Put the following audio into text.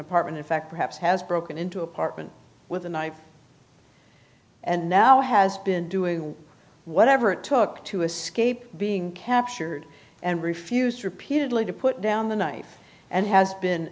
apartment in fact perhaps has broken into apartment with a knife and now has been doing whatever it took to escape being captured and refused repeatedly to put down the knife and has been